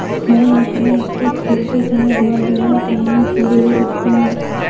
हरे मटरों को छीलते समय ध्यान देना, इनमें कीड़े हो सकते हैं